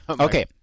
Okay